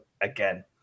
again